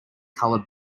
colored